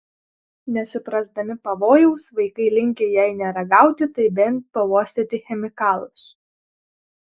nesuprasdami pavojaus vaikai linkę jei ne ragauti tai bent pauostyti chemikalus